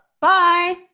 Bye